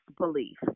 belief